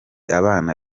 abana